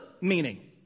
meaning